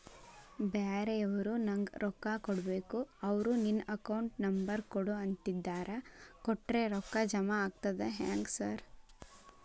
ಬ್ಯಾರೆವರು ನಂಗ್ ರೊಕ್ಕಾ ಕೊಡ್ಬೇಕು ಅವ್ರು ನಿನ್ ಅಕೌಂಟ್ ನಂಬರ್ ಕೊಡು ಅಂತಿದ್ದಾರ ಕೊಟ್ರೆ ರೊಕ್ಕ ಜಮಾ ಆಗ್ತದಾ ಹೆಂಗ್ ಸಾರ್?